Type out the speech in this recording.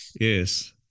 yes